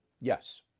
Yes